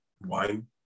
wine